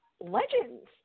legends